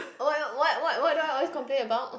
what what what do I always complain about